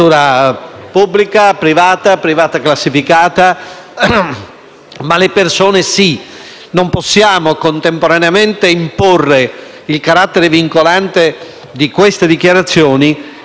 alle persone sì. Non possiamo contemporaneamente imporre il carattere vincolante delle dichiarazioni e l'obbligo di aderirvi da parte del medico,